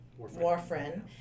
warfarin